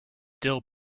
dill